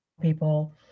people